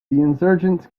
insurgents